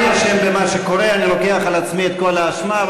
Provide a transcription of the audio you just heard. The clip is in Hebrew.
אני אשם במה שקורה, אני לוקח על עצמי את כל האשמה.